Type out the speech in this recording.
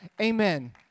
Amen